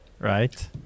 right